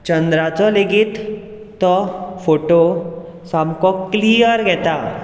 चंद्राचो लेगीत तो फोटो सामको क्लियर घेता